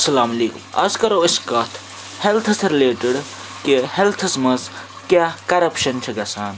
اَسَلامُ علیکُم اَز کَرو أسۍ کَتھ ہٮ۪لتھَس رِلیٹِڈ کہِ ہٮ۪لتھَس منٛز کیٛاہ کَرَپشَن چھِ گژھان